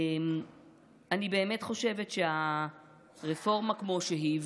אני באמת חושבת שהרפורמה כמו שהיא,